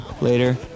later